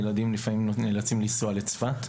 לפעמים ילדים נאלצים לנסוע לצפת,